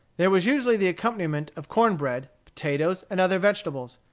there was usually the accompaniment of corn-bread, potatoes, and other vegetables.